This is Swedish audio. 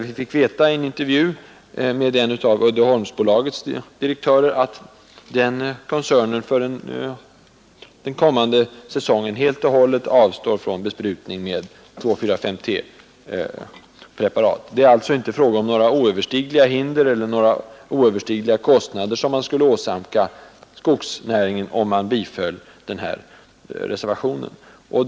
I en intervju säger en av Uddeholmsbolagets direktörer att den koncernen för den kommande säsongen helt och hållet avstår från besprutning med 2,4,5-T-preparat. Det är alltså inte fråga om några oöverstigliga hinder eller några oöverstigliga kostnader som skulle åsamkas skogsnäringen genom ett bifall till reservationen 3.